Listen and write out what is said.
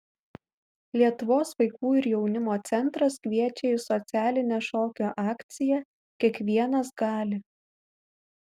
lietuvos vaikų ir jaunimo centras kviečia į socialinę šokio akciją kiekvienas gali